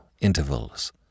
intervals